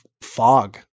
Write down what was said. fog